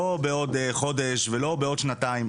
לא בעוד חודש, ולא בעוד שנתיים.